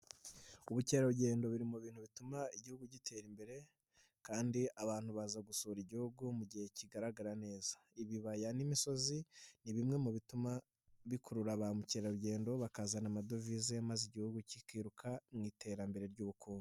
Ubukerarugendo biri mu bintu bituma igihugu gitera imbere kandi abantu baza gusura igihugu mu gihe kigaragara neza, ibibaya n'imisozi ni bimwe mu bituma bikurura ba mukerarugendo bakazana amadovize maze igihugu kikiruka mu iterambere ry'ubukungu.